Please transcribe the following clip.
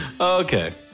Okay